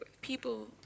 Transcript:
people